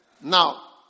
Now